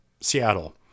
Seattle